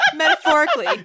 metaphorically